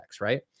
Right